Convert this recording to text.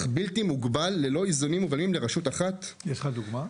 יש לך דוגמה?